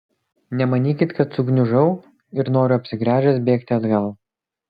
nemanykit kad sugniužau ir noriu apsigręžęs bėgti atgal